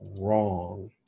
wrong